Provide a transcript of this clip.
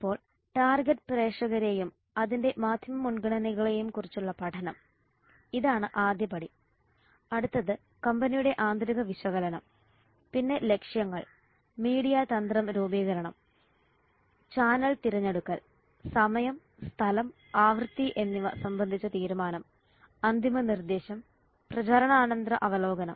ഇപ്പോൾ ടാർഗെറ്റ് പ്രേക്ഷകരെയും അതിന്റെ മാധ്യമ മുൻഗണനകളെയും കുറിച്ചുള്ള പഠനം ഇതാണ് ആദ്യപടി അടുത്തത് കമ്പനിയുടെ ആന്തരിക വിശകലനം പിന്നെ ലക്ഷ്യങ്ങൾ മീഡിയ തന്ത്രം രൂപീകരണം ചാനൽ തിരഞ്ഞെടുക്കൽ സമയം സ്ഥലം ആവൃത്തി എന്നിവ സംബന്ധിച്ച തീരുമാനം അന്തിമ നിർദ്ദേശം പ്രചാരണാനന്തര അവലോകനം